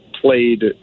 played